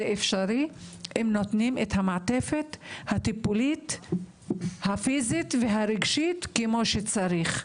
זה אפשרי אם נותנים את המעטפת הטיפולית הפיזית והרגשית כמו שצריך.